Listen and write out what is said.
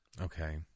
Okay